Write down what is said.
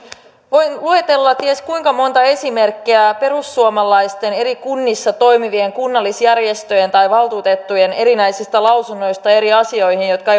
voin luetella ties kuinka monta esimerkkiä perussuomalaisten eri kunnissa toimivien kunnallisjärjestöjen tai valtuutettujen erinäisistä lausunnoista eri asioihin jotka